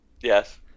Yes